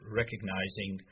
recognizing